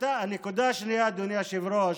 הנקודה השנייה, אדוני היושב-ראש,